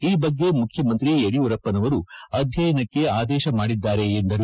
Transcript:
ಈ ಬಗ್ಗೆ ಮುಖ್ಯಮಂತ್ರಿ ಯಡಿಯೂರಪ್ಪನವರು ಅಧ್ಯಯನಕ್ಕೆ ಆದೇಶ ಮಾಡಿದ್ದಾರೆ ಎಂದರು